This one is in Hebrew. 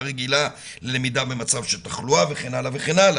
רגילה ללמידה במצב של תחלואה וכן הלאה.